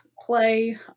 play